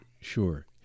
Sure